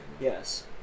Yes